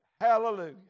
Hallelujah